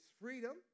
freedom